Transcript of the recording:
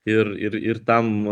ir ir ir tam